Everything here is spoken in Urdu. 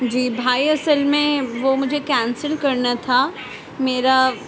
جی بھائی اصل میں وہ مجھے کینسل کرنا تھا میرا